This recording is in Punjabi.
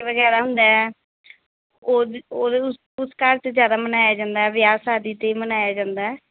ਵਗੈਰਾ ਹੁੰਦਾ ਉਹਦੇ ਉਹਦੇ ਉਸ ਉਸ ਘਰ 'ਚ ਜ਼ਿਆਦਾ ਮਨਾਇਆ ਜਾਂਦਾ ਵਿਆਹ ਸ਼ਾਦੀ 'ਤੇ ਮਨਾਇਆ ਜਾਂਦਾ